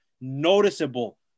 noticeable